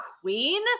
queen